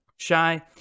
Shy